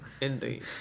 Indeed